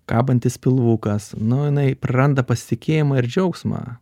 kabantis pilvukas nu jinai praranda pasitikėjimą ir džiaugsmą